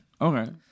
Okay